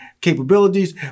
capabilities